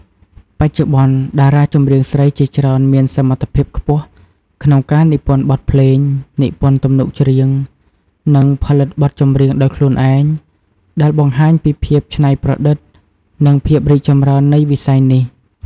បច្ចុប្បន្ន តារាចម្រៀងស្រីជាច្រើនមានសមត្ថភាពខ្ពស់ក្នុងការនិពន្ធបទភ្លេង និពន្ធទំនុកច្រៀង និងផលិតបទចម្រៀងដោយខ្លួនឯង ដែលបង្ហាញពីភាពច្នៃប្រឌិត និងភាពរីកចម្រើននៃវិស័យនេះ។